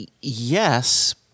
yes